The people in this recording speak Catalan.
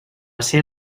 ser